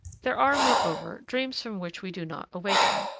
there are, moreover, dreams from which we do not awaken,